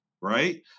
Right